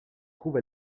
trouve